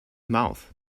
mouth